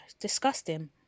Disgusting